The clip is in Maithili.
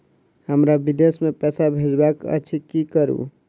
हमरा विदेश मे पैसा भेजबाक अछि की करू?